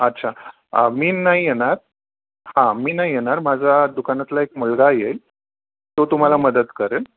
अच्छा मी नाही येणार हा मी नाही येणार माझा दुकानातला एक मलगा येईल तो तुम्हाला मदत करेन